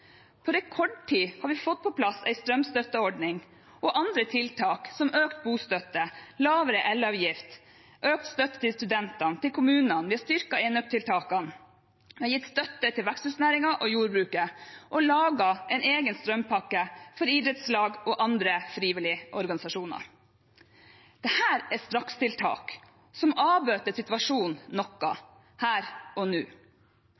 På rekordtid har vi fått på plass en strømstøtteordning og andre tiltak, som økt bostøtte, lavere elavgift og økt støtte til studentene og til kommunene. Vi har styrket enøktiltakene, gitt støtte til veksthusnæringen og jordbruket og laget en egen strømpakke for idrettslag og andre frivillige organisasjoner. Dette er strakstiltak som avbøter situasjonen noe her og nå.